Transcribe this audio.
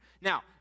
Now